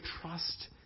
trust